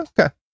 Okay